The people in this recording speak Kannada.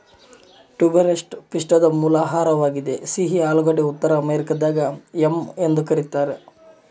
ಟ್ಯೂಬರಸ್ ಪಿಷ್ಟದ ಮೂಲ ಆಹಾರವಾಗಿದೆ ಸಿಹಿ ಆಲೂಗಡ್ಡೆ ಉತ್ತರ ಅಮೆರಿಕಾದಾಗ ಯಾಮ್ ಎಂದು ಕರೀತಾರ